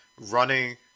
running